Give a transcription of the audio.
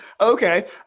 okay